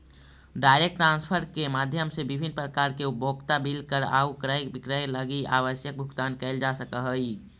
direct transfer के माध्यम से विभिन्न प्रकार के उपभोक्ता बिल कर आउ क्रय विक्रय लगी आवश्यक भुगतान कैल जा सकऽ हइ